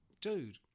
dude